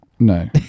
No